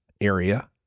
area